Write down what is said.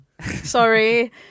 Sorry